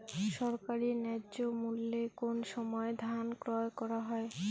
সরকারি ন্যায্য মূল্যে কোন সময় ধান ক্রয় করা হয়?